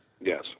Yes